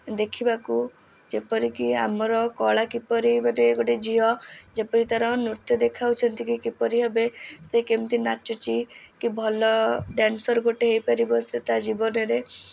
ଦେଖିବାକୁ ଯେପରି କି ଆମର କଳା କିପରି ଗୋଟିଏ ଗୋଟିଏ ଝିଅ ଯେପରି ତାର ନୃତ୍ୟ ଦେଖାଉଛନ୍ତି କି କିପରି ଭାବେ ସେ କେମିତି ନାଚୁଛି କି ଭିଳି ଡ୍ୟାନ୍ସର ଗୋଟେ ହେଇପାରିବ ସେ ତା ଜୀବନରେ